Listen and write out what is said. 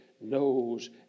knows